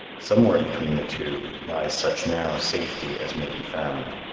somewhere between the two lies such narrow safety as may be found.